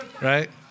right